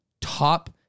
top